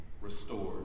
restored